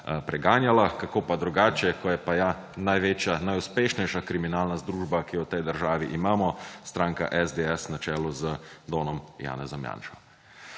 preganjala. Kako pa drugače, ko je pa ja največja, najuspešnejša kriminalna združba, ki jo v tej državi imamo, stranka SDS na čelu z donom Janezom Janšo.